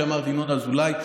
כשאמרת ינון אזולאי,